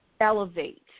elevate